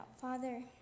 Father